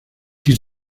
die